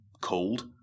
cold